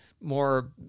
more